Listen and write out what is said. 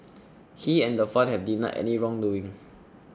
he and the fund have denied any wrongdoing